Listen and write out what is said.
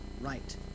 right